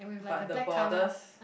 but the borders